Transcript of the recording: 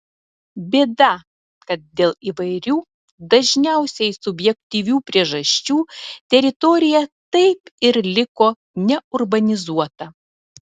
bėda kad dėl įvairių dažniausiai subjektyvių priežasčių teritorija taip ir liko neurbanizuota